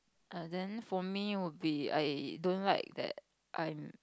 err then for me would be I don't like that I'm